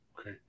Okay